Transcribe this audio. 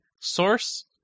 source